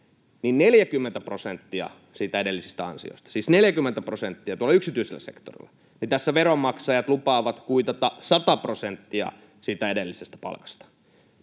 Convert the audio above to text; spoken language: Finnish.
40 prosenttia siitä edellisestä ansiosta — siis 40 prosenttia yksityisellä sektorilla. Tässä veronmaksajat lupaavat kuitata 100 prosenttia siitä edellisestä palkasta.